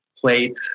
plate